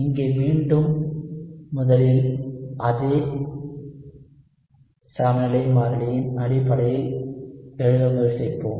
இங்கே மீண்டும் முதலில் அதை சமநிலை மாறிலியின் அடிப்படையில் எழுத முயற்சிப்போம்